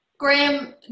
Graham